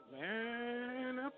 Man